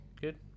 good